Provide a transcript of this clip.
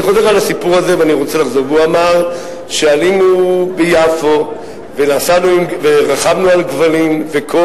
הוא אמר: עלינו ליפו, ורכבנו על גמלים, וכל